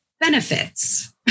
benefits